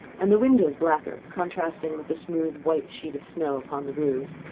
and the windows blacker, contrasting with the smooth white sheet of snow upon the roofs,